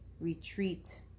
retreat